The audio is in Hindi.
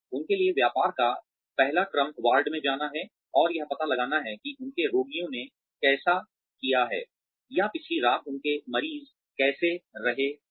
उनके लिए व्यापार का पहला क्रम वार्ड में जाना है और यह पता लगाना है कि उनके रोगियों ने कैसे किया है या पिछली रात उनके मरीज कैसे रहे हैं